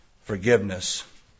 forgiveness